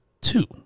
two